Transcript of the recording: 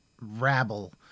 rabble